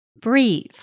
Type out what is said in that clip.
breathe